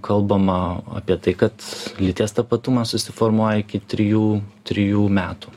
kalbama apie tai kad lyties tapatumas susiformuoja iki trijų trijų metų